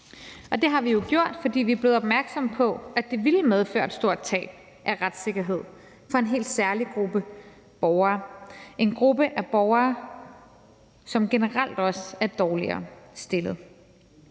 Det har vi jo gjort, fordi vi er blevet opmærksomme på, at det ville medføre et stort tab af retssikkerhed for en helt særlig gruppe borgere – en gruppe af borgere, som generelt også er dårligere stillet